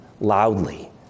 loudly